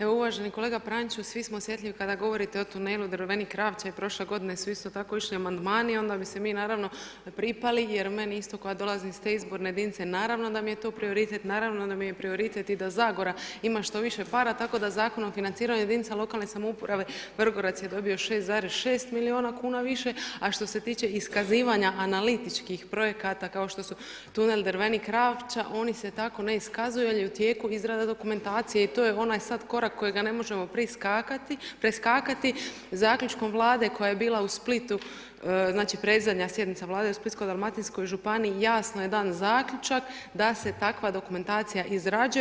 Evo uvaženi kolega Praniću, svi smo osjetljivi kada govorite o tunelu Drvenik-Ravča i prošle godine su isto tako išli amandmani i onda bi se mi naravno pripali jer meni isto koja dolazim iz te izborne jedinice naravno da mi je to prioritet, naravno da mi je prioritet i da Zagora ima što više para tako da Zakonom o financiranju jedinica lokalne samouprave Vrgorac je dobio 6,6 milijuna kuna više a što se tiče iskazivanja analitičkih projekata kao što su tunel Drvenik-Ravča oni se tako ne iskazuju jer je u tijeku izrada dokumentacije i to je onaj sad korak kojega ne možemo preskakati zaključkom Vlade koja je bila u Splitu, znači predzadnja sjednica Vlade u Splitsko-dalmatinskoj županiji jasno se dan zaključak da se takva dokumentacija izrađuje.